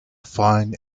find